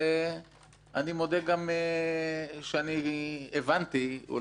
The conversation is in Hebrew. אני מודה גם שאני הבנתי אולי לא טוב,